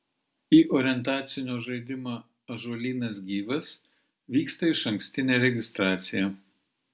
į orientacinio žaidimą ąžuolynas gyvas vyksta išankstinė registracija